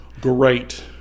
great